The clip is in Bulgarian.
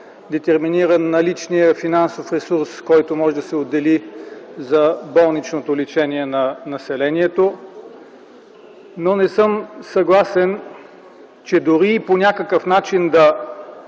детерминира наличния финансов ресурс, който може да се отдели за болничното лечение на населението, но не съм съгласен, че дори по някакъв начин да